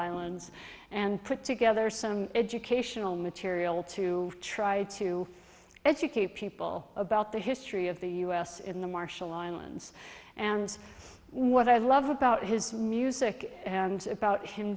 islands and put together some educational material to try to educate people about the history of the u s in the marshall islands and what i love about his music and about him